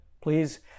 Please